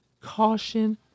caution